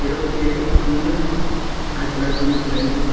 இருபத்தி ஏழு மூணு ஆயிரத்து தொளாயிரத்து தொண்ணூற்றி ரெண்டு